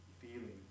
feeling